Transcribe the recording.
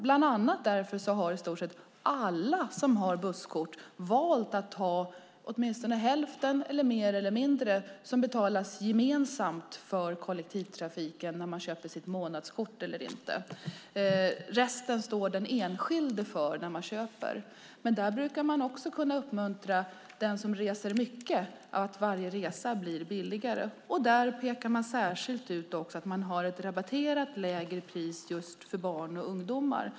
Bland annat därför har i stort sett alla landsting som har busskort valt att hälften - lite mer eller lite mindre - av kostnaden för månadskorten i kollektivtrafiken ska betalas gemensamt. Resten står den enskilde som köper kort för. Man brukar också kunna uppmuntra den som reser mycket att varje resa blir billigare, och man pekar särskilt ut att man har ett rabatterat pris för just barn och ungdomar.